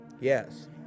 yes